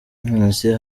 nonese